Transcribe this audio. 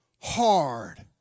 Hard